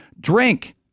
drink